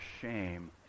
shame